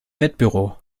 wettbüro